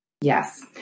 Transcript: Yes